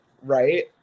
right